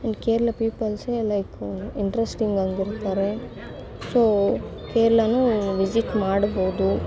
ಅಲ್ಲಿ Kerala peoples like ಇಂಟ್ರೆಸ್ಟಿಂಗಾಗಿರ್ತಾರೆ so ಕೇರಳನೂ ವಿಸಿಟ್ ಮಾಡ್ಬಹುದು